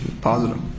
Positive